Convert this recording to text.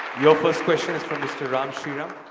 your first question is from mr. ram shriram.